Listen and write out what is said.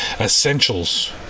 essentials